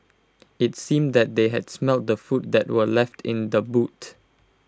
IT seemed that they had smelt the food that were left in the boot